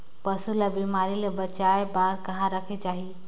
पशु ला बिमारी ले बचाय बार कहा रखे चाही?